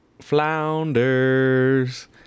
Flounders